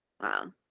wow